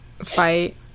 Fight